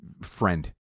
friend